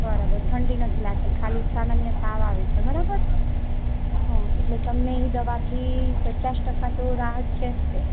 બરાબર ઠંડી નથી લગતી ખાલી સામાન્ય તાવ આવે છે બરાબર હં એટલે તમને એ દવાથી પચાસ ટકા તો રાહત છે જ તે